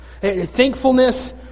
Thankfulness